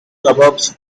suburbs